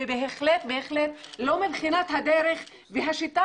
ובהחלט בהחלט לא מבחינת הדרך והשיטה